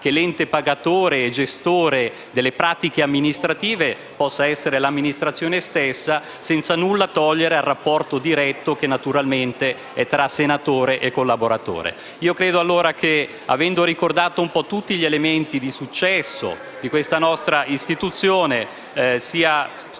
che l'ente pagatore e gestore delle pratiche amministrative possa essere l'Amministrazione stessa, senza nulla togliere al rapporto diretto, che naturalmente è tra senatore e collaboratore. In conclusione, avendo ricordato tutti gli elementi di successo della nostra istituzione, posso